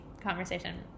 conversation